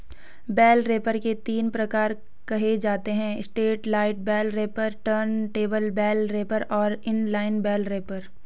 bell wrapper के तीन प्रकार कहे जाते हैं satellite bale wrapper, turntable bale wrapper और इन लाइन बेल रैपर